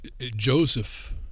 Joseph